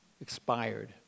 expired